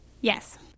Yes